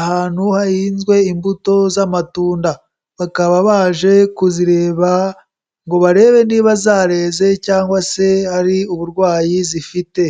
ahantu hahinzwe imbuto z'amatunda. Bakaba baje kuzireba ngo barebe niba zareze cyangwa se hari uburwayi zifite.